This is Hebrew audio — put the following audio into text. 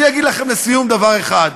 אני אגיד לכם לסיום דבר אחד,